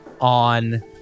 on